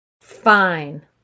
Fine